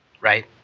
right